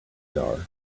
are